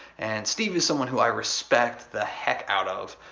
and steve is someone who i respect the heck out of.